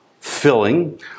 filling